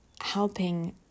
helping